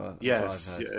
Yes